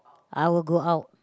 I will go out